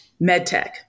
MedTech